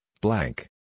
blank